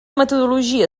metodologia